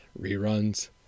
reruns